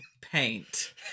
paint